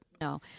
No